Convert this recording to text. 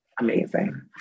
amazing